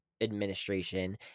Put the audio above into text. administration